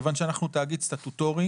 כיוון שאנחנו תאגיד סטטוטורי,